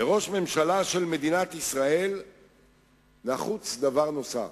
לראש ממשלה של מדינת ישראל נחוץ דבר נוסף,